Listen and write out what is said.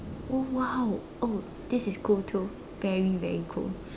oh !wow! oh this is cool too very very cool